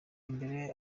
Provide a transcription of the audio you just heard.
mbere